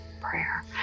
Prayer